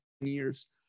years